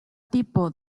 tipo